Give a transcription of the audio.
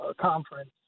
conference